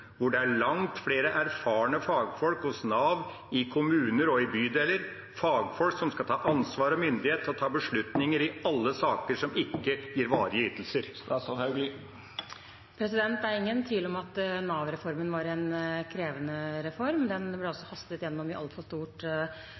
hvor det bør være langt flere erfarne fagfolk hos Nav i kommuner og i bydeler – fagfolk som skal ta ansvar og ha myndighet til å ta beslutninger i alle saker som ikke gir varige ytelser? Det er ingen tvil om at Nav-reformen var en krevende reform. Den ble også hastet igjennom i altfor stort